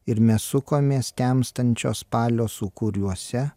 ir mes sukomės temstančio spalio sūkuriuose